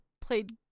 played